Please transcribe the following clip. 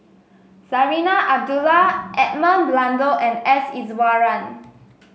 Zarinah Abdullah Edmund Blundell and S Iswaran